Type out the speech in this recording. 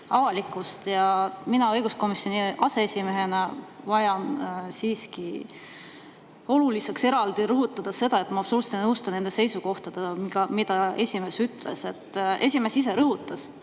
avalikkust. Mina õiguskomisjoni aseesimehena pean siiski oluliseks eraldi rõhutada seda, et ma absoluutselt ei nõustu nende seisukohtadega, mida esimees ütles. Esimees ise rõhutas,